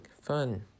Fun